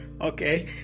okay